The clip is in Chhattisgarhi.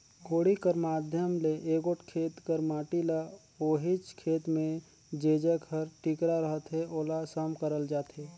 कोड़ी कर माध्यम ले एगोट खेत कर माटी ल ओहिच खेत मे जेजग हर टिकरा रहथे ओला सम करल जाथे